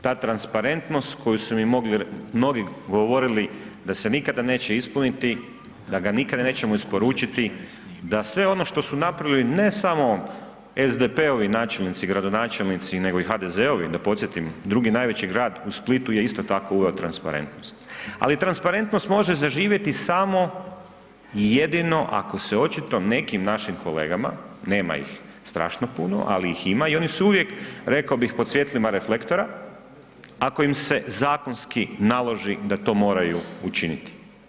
Ta transparentnost koji su mi mnogi govorili da se nikada neće ispuniti, da ga nikada nećemo isporučiti, da sve ono što su napravili ne samo SDP-ovi načelnici, gradonačelnici, nego i HDZ-ovi, da podsjetim drugi najveći grad, u Splitu je isto tako uveo transparentnost, ali transparentnost može zaživjeti samo i jedino ako se očito nekim našim kolegama, nema ih strašno puno ali ih ima i oni su uvijek rekao bih pod svjetlima reflektora, ako im se zakonski naloži da to moraju učiniti.